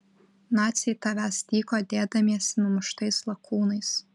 naciai tavęs tyko dėdamiesi numuštais lakūnais